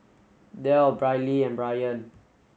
Del Briley and Brian